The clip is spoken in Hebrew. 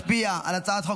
אני קובע כי הצעת חוק